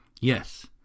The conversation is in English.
Yes